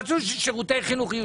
רצו ששירותי חינוך יהיו